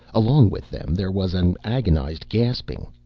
along with them there was an agonized gasping.